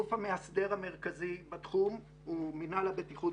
הגוף המאסדר המרכזי בתחום הוא מינהל הבטיחות